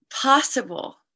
possible